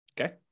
Okay